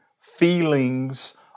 feelings